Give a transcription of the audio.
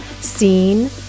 seen